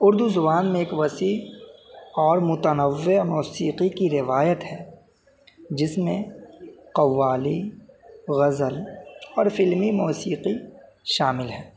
اردو زبان میں ایک وسیع اور متنوع موسیقی کی روایت ہے جس میں قوالی غزل اور فلمی موسیقی شامل ہیں